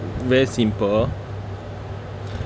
very simple